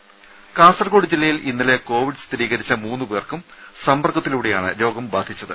ടെടി കാസർകോട് ജില്ലയിൽ ഇന്നലെ കോവിഡ് സ്ഥിരീകരിച്ച മൂന്നുപേർക്കും സമ്പർക്കത്തിലൂടെയാണ് രോഗം ബാധിച്ചത്